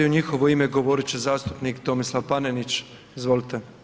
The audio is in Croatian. U njihovo ime govorit će zastupnik Tomislav Panenić, izvolite.